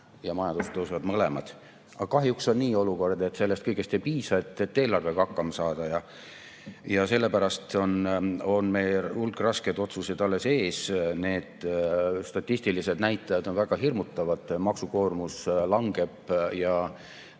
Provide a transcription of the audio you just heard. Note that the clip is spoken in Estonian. ka majandus. Aga kahjuks on olukord niisugune, et sellest kõigest ei piisa, et eelarvega hakkama saada. Ja sellepärast on meil hulk raskeid otsuseid alles ees. Need statistilised näitajad on väga hirmutavad. Maksukoormus langeb